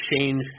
change